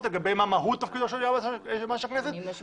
היותר מתאימים.